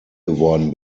geworden